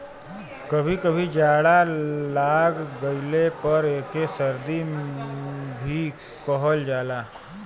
कभी कभी जाड़ा लाग गइले पर एके सर्दी भी कहल जाला